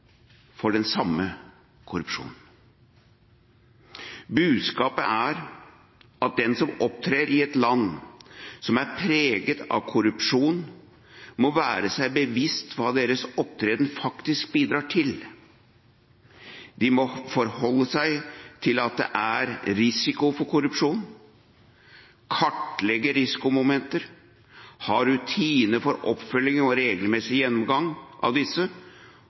for den samme korrupsjonen. Budskapet er at de som opptrer i et land som er preget av korrupsjon, må være seg bevisst hva deres opptreden faktisk bidrar til. De må forholde seg til at det er risiko for korrupsjon, de må kartlegge risikomomenter og ha rutiner for oppfølging og regelmessig gjennomgang av disse,